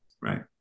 right